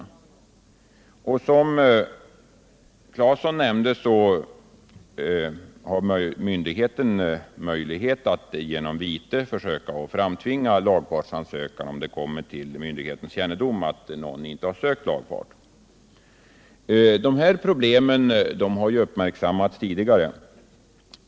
Som Tore Claeson nämnde har myndigheten möjlighet att genom vite försöka framtvinga lagfartsansökan, om det kommer till myndighetens kännedom att någon inte har sökt lagfart. De här problemen har ju uppmärksammats tidigare.